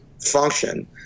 function